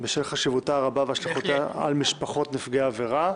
בשל חשיבותה הרבה והשלכותיה על משפחות נפגעי עבירה.